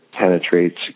penetrates